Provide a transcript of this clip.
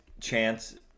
chance